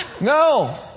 No